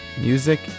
Music